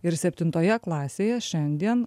ir septintoje klasėje šiandien